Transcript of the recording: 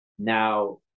Now